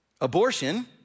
Abortion